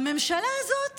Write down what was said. בממשלה הזאת